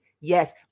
Yes